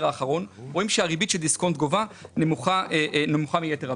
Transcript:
האחרון - רואים שהריבית שדיסקונט נמוכה מיתר הבנקים.